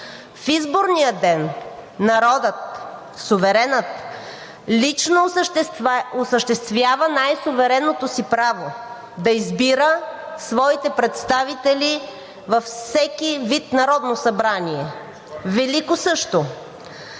В изборния ден народът, суверенът лично осъществява най-суверенното си право – да избира своите представители във всеки вид народно събрание – Велико също.